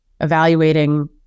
evaluating